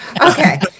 Okay